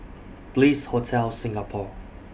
Bliss Hotel Singapore